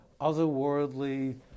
otherworldly